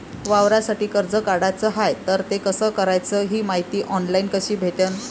वावरासाठी कर्ज काढाचं हाय तर ते कस कराच ही मायती ऑनलाईन कसी भेटन?